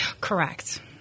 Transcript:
Correct